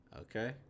Okay